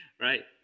right